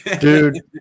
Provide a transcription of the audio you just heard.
dude